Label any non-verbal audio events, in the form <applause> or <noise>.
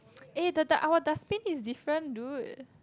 <noise> eh the the our dustbin is different dude